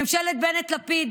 ממשלת בנט-לפיד